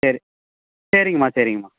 சரி சரிங்கம்மா சரிங்கம்மா